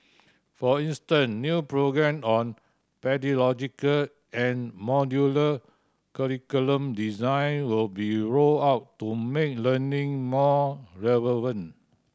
for instance new programme on pedagogical and modular curriculum design will be rolled out to make learning more relevant